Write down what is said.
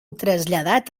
traslladat